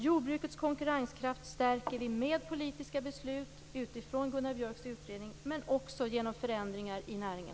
Jordbrukets konkurrenskraft stärker vi med politiska beslut utifrån Gunnar Björks utredning men också genom förändringar i själva näringen.